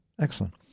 Excellent